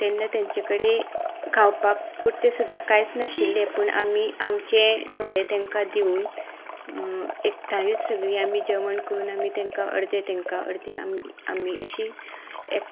तेन्ना तांचे कडेन खावपा पुरतें सुद्दा कांयच नाशिल्लें पूण आमी आमचें थोडें तेंका दिवून एकठांय सगळीं आमी जेवण करून अर्दें तेंका अर्दें आमकां आमी अशीं एक